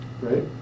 Right